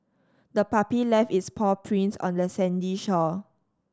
the puppy left its paw prints on the sandy shore